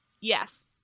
yes